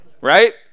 right